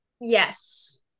Yes